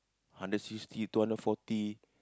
hundred sixty two hundred fourty